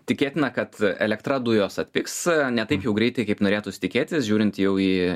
tikėtina kad elektra dujos atpigs ne taip jau greitai kaip norėtųsi tikėtis žiūrint jau į